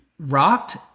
rocked